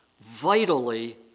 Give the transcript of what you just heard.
vitally